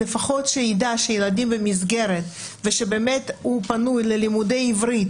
לפחות שיידע שהילדים במסגרת ושבאמת הוא פנוי ללימודי עברית,